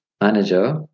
manager